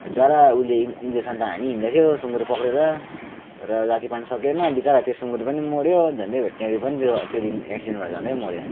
विचरा उसले इन्जेक्सन हानिहिँड्दैथ्यो सुँगुर पक्रेर तर जाती पार्नु सकेन विचरा त्यो सुँगुर पनि मऱ्यो झन्डै भेटनेरी पनि त्यो त्यो दिन एक्सिडेन्ट भएर झन्डै मऱ्यो